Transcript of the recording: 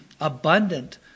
abundant